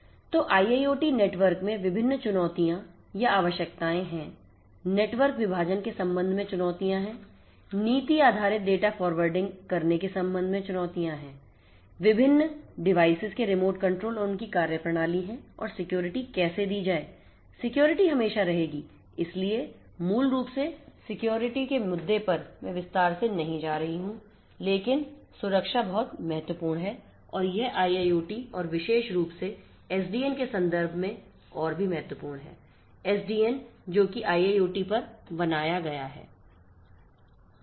तो IIoT network में विभिन्न चुनौतियां या आवश्यकताएं हैं नेटवर्क विभाजन के संबंध में चुनौतियां हैं नीति आधारित डेटा फॉरवर्डिंग करने के संबंध में चुनौतियां हैं विभिन्न डिवाइसेज के रिमोट कंट्रोल और उनकी कार्यप्रणाली हैं और सिक्योरिटी कैसे दी जाए सिक्योरिटी हमेशा रहेगी इसलिए मूल रूप से सिक्योरिटी के मुद्दों पर मैं विस्तार से नहीं जा रहा हूं लेकिन सुरक्षा बहुत महत्वपूर्ण है और यह IIoT और विशेष रूप से SDN के संदर्भ में और भी महत्वपूर्ण है SDN जोकि IIoT पर बनाया गया है